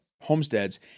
homesteads